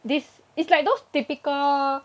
this it's like those typical